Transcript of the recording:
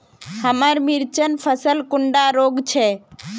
हमार मिर्चन फसल कुंडा रोग छै?